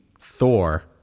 Thor